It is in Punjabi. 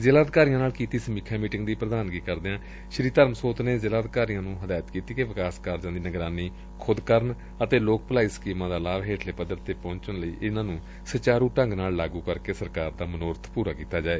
ਜ਼ਿਲ੍ਹਾ ਅਧਿਕਾਰੀਆਂ ਨਾਲ ਕੀਤੀ ਸਮੀਖਿਆ ਮੀਟਿੰਗ ਦੀ ਪ੍ਰਧਾਨਗੀ ਕਰਦਿਆਂ ਸ੍ਰੀ ਧਰਮਸੋਤ ਨੇ ਜ਼ਿਲ੍ਹਾ ਅਧਿਕਾਰੀਆਂ ਨੂੰ ਹਦਾਇਤ ਕੀਤੀ ਕਿ ਵਿਕਾਸ ਕਾਰਜਾਂ ਦੀ ਨਿਗਰਾਨੀ ਖ਼ਦ ਕਰਨੀ ਯਕੀਨੀ ਬਨਾਉਣ ਅਤੇ ਲੋਕ ਭਲਾਈ ਸਕੀਮਾਂ ਦਾ ਲਾਭ ਹੇਠਲੇ ਪੱਧਰ ਤੇ ਪਹੁੰਚਾਉਣ ਲਈ ਇਨ੍ਹਾਂ ਨੂੰ ਸੁਚਾਰੂ ਢੰਗ ਨਾਲ ਲਾਗੂ ਕਰਕੇ ਸਰਕਾਰ ਦਾ ਮਨੋਰਬ ਪੂਰਾ ਕੀਤਾ ਜਾਵੇ